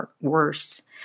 worse